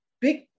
big